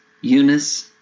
Eunice